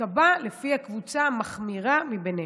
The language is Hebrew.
תיקבע לפי הקבוצה המחמירה ביניהן.